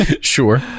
Sure